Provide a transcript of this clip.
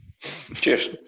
Cheers